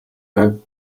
байв